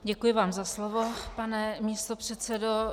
Děkuji vám za slovo, pane místopředsedo.